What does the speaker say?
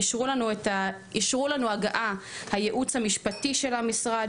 אישור לנו הגעה היועצת המשפטית של המשרד